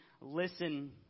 listen